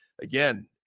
again